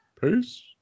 Peace